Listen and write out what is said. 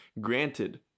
granted